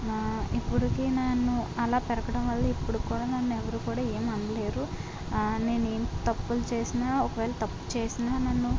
ఇప్పటికీ నన్ను అలా పెరగడం వల్ల ఇప్పుడు కూడా నన్ను ఎవరు కూడా ఏమీ అనలేరు నేను ఏం తప్పులు చేసినా ఒకవేళ తప్పు చేసినా నన్ను